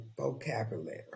vocabulary